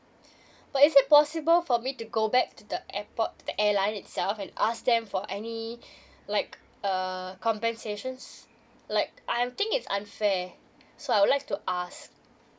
but is it possible for me to go back to the airport the airline itself and ask them for any like err compensations like I'm think it's unfair so I would like to ask